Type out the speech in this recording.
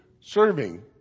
serving